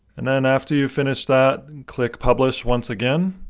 and then after you've finished that, and click publish once again.